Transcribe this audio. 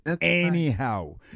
anyhow